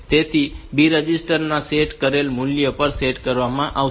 તેથી આ B register માં સેટ કરેલ મૂલ્ય પર સેટ કરવામાં આવે છે